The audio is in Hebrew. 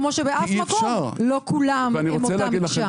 כמו שבאף מקום לא כולם הם אותה מקשה.